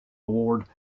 award